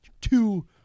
two